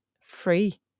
free